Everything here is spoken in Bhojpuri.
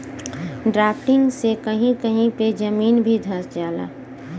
ड्राफ्टिंग से कही कही पे जमीन भी धंस जाला